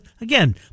again